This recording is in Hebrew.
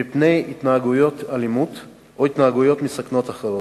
מפני התנהגויות אלימות או התנהגויות מסכנות אחרות.